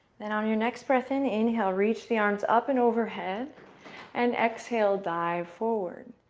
then on your next breath in, inhale. reach the arms up and overhead and exhale. dive forward.